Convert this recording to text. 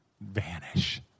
vanish